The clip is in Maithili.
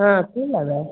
हँ की लेबै